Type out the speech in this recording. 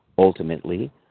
Ultimately